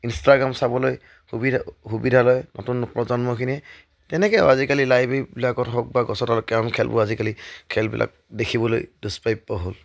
Instagram চাবলৈ সুবিধা সুবিধা লয় নতুন প্ৰজন্মখিনিয়ে তেনেকে আজিকালি লাইব্ৰেৰীবিলাকত হওক বা গছৰ তলত আৰু কেৰম খেলবোৰ আজিকালি খেলবিলাক দেখিবলৈ দুষ্প্ৰাপ্য হ'ল